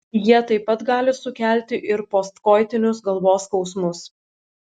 jie taip pat gali sukelti ir postkoitinius galvos skausmus